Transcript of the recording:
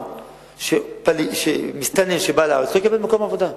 לדוגמה, מסתנן שבא לארץ לא יקבל מקום עבודה.